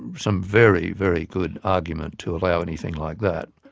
some very, very good argument to allow anything like that.